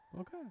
okay